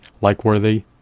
like-worthy